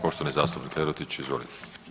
Poštovani zastupnik Lerotić, izvolite.